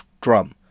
drum